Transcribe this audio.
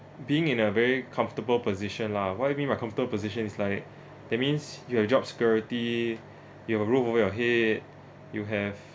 being in a very comfortable position lah what I mean by comfortable positions is like that means you have job security you have a roof over your head you have